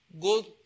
Go